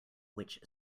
which